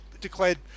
declared